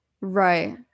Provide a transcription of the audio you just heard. Right